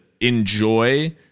enjoy